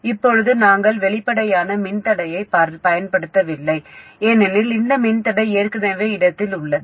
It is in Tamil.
இப்போது நாங்கள் வெளிப்படையான மின்தடையைப் பயன்படுத்தவில்லை ஏனெனில் இந்த மின்தடை ஏற்கனவே இடத்தில் உள்ளது